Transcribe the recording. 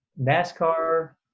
NASCAR